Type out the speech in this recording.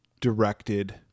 directed